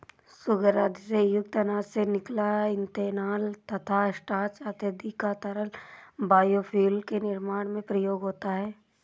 sugar आदि से युक्त अनाज से निकला इथेनॉल तथा स्टार्च इत्यादि का तरल बायोफ्यूल के निर्माण में प्रयोग होता है